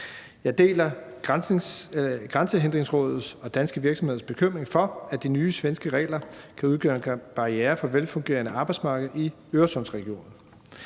Jeg deler Grænsehindringsrådets og danske virksomheders bekymring for, at de nye svenske regler kan udgøre en barriere for et velfungerende arbejdsmarked i Øresundsregionen.